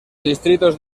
distritos